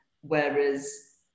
Whereas